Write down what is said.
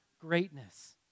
greatness